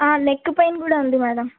neck pain కూడా ఉంది madam